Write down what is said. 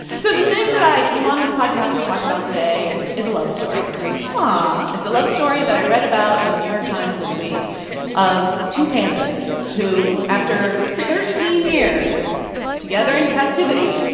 so the thing that i came on this podcast to talk about today is a love story aww it's a love story that i read about in the new york times this week of two pandas who, after thirteen years together in captivity,